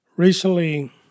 Recently